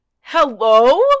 hello